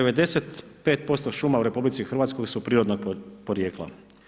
95% šuma u RH su prirodnog podrijetla.